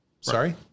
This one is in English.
sorry